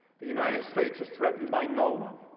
the united states is threatened by no one.